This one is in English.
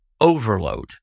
overload